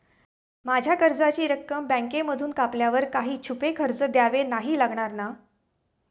माझ्या कर्जाची रक्कम बँकेमधून कापल्यावर काही छुपे खर्च द्यावे नाही लागणार ना?